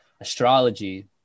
astrology